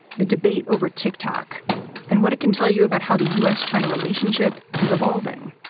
the debate over ticktock and what it can tell you about how the u s. china relationship is evolving.